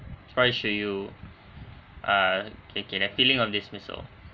why should you err kay kay that feeling of dismissal